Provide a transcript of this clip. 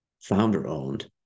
founder-owned